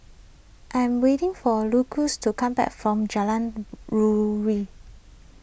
I am waiting for Lucio to come back from Jalan Ruri